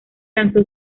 lanzó